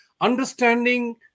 understanding